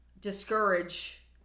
discourage